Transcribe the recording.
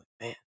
man